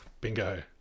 bingo